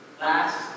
Last